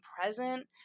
present